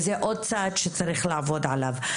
וזה עוד צעד שצריך לעבוד עליו.